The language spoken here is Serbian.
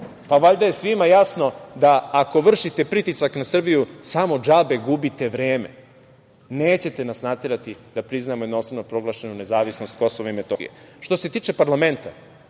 Valjda je svima jasno da ako vršite pritisak na Srbiju, samo džabe gubite vreme. Nećete nas naterati da priznamo jednostrano proglašenu nezavisnost KiM.Što se tiče parlamenta,